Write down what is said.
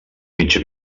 mitja